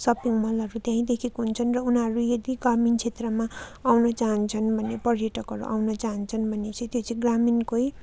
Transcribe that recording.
shopping मलहरू त्यहीँ देखेका हुन्छन् र उनीहरू यदि ग्रामीण क्षेत्रमा आउन चाहन्छन् भने पर्यटकहरू आउन चाहन्छन् भने चाहिँ त्यो चाहिँ ग्रामीणकै